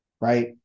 right